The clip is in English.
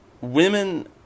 women